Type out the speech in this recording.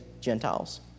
Gentiles